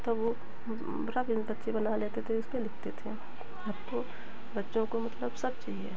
तब वो भी बच्चे बना लेते थे उसमें लिखते थे अब तो बच्चों को मतलब सब चाहिए